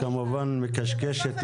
את כמובן מקשקשת,